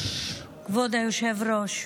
כבוד היושב-ראש,